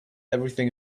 everything